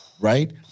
Right